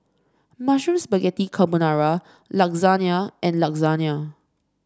Mushroom Spaghetti Carbonara Lasagne and Lasagne